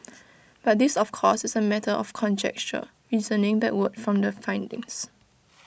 but this of course is A matter of conjecture reasoning backward from the findings